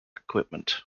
equipment